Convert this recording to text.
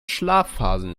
schlafphasen